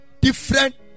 Different